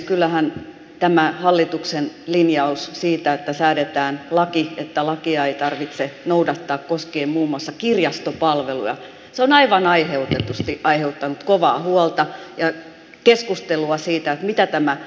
kyllähän tämä hallituksen linjaus siitä että säädetään laki että lakia ei tarvitse noudattaa koskien muun muassa kirjastopalveluja on aivan aiheutetusti aiheuttanut kovaa huolta ja keskustelua siitä mitä tämä itse asiassa tarkoittaa